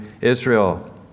Israel